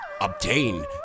obtain